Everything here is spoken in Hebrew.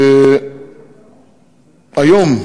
היום,